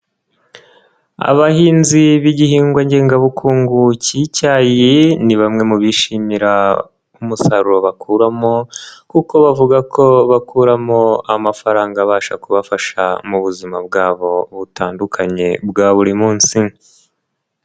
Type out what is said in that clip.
Abahinzi b'igihingwa ngengabukungu cy'icyayi ni bamwe mu bishimira umusaruro bakuramo, kuko bavuga ko bakuramo amafaranga abasha kubafasha mu buzima bwabo butandukanye bwa buri munsi.